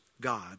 God